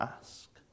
ask